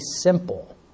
simple